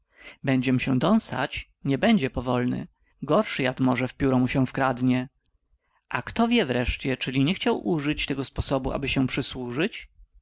będziem się dąsać nie będzie powolny gorszy jad może w pióro mu się wkradnie a kto wie wreście czyli nie chciał użyć tego sposobu aby się przysłużyć